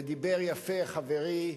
ודיבר יפה חברי,